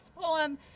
poem